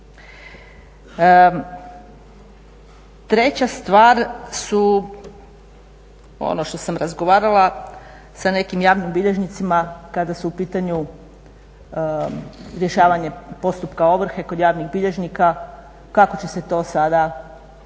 Treća stvar su ono što sam razgovarala sa nekim javnim bilježnicima kada su u pitanju rješavanje postupka ovrhe kod javnih bilježnika, kako će se to sada